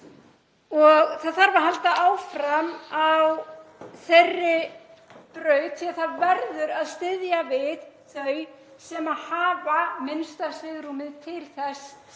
Það þarf að halda áfram á þeirri braut því að það verður að styðja við þau sem hafa minnsta svigrúmið til þess að